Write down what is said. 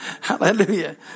Hallelujah